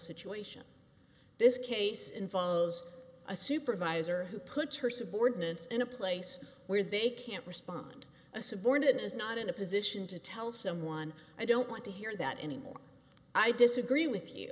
situation this case involves a supervisor who puts her subordinates in a place where they can't respond a subordinate is not in a position to tell someone i don't want to hear that anymore i disagree with you